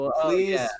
Please